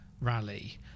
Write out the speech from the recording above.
rally